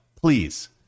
please